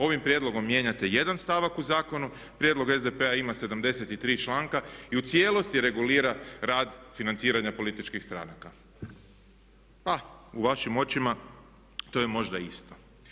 Ovim prijedlogom mijenjate jedan stavak u zakonu, prijedlog SDP-a ima 73 članka i u cijelosti regulira rad financiranja političkih stranaka, pa u vašim očima to je možda isto.